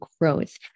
growth